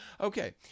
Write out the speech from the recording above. Okay